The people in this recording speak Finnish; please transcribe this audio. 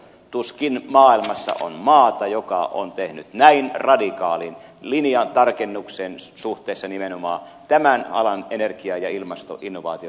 tuskin maailmassa on maata joka on tehnyt näin radikaalin linjatarkennuksen suhteessa nimenomaan tämän alan energia ja ilmastoinnovaatioitten rahoittamiseen